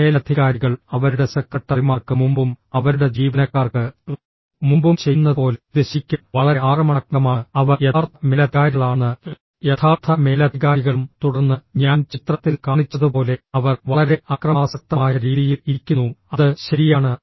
ചില മേലധികാരികൾ അവരുടെ സെക്രട്ടറിമാർക്ക് മുമ്പും അവരുടെ ജീവനക്കാർക്ക് മുമ്പും ചെയ്യുന്നതുപോലെ ഇത് ശരിക്കും വളരെ ആക്രമണാത്മകമാണ് അവർ യഥാർത്ഥ മേലധികാരികളാണെന്ന് യഥാർത്ഥ മേലധികാരികളും തുടർന്ന് ഞാൻ ചിത്രത്തിൽ കാണിച്ചതുപോലെ അവർ വളരെ അക്രമാസക്തമായ രീതിയിൽ ഇരിക്കുന്നു അത് ശരിയാണ്